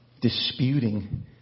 Disputing